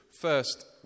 first